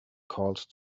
called